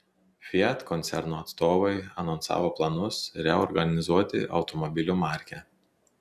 fiat koncerno atstovai anonsavo planus reorganizuoti automobilių markę